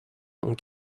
ont